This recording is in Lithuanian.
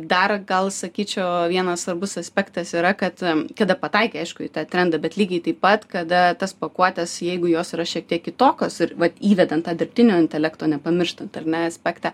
dar gal sakyčiau vienas svarbus aspektas yra kad kada pataikai aišku į tą trendą bet lygiai taip pat kada tas pakuotes jeigu jos yra šiek tiek kitokios vat įvedant tą dirbtinio intelekto nepamirštant ar ne aspektą